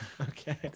okay